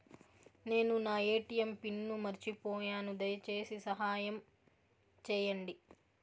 నేను నా ATM PIN మర్చిపోయాను, దయచేసి సహాయం చేయండి